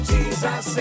Jesus